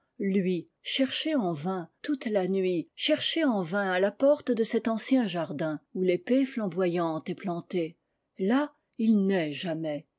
lui cherché en vain toute la nuit cherché en vain à la porte de cet ancien jardin où l'epée flamboyante est plantée là il n'est jamais